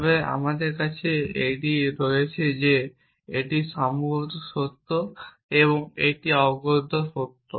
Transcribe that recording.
তবে আমাদের কাছে এটি রয়েছে যে এটি সম্ভবত সত্য বা এটি অগত্যা সত্য